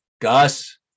Gus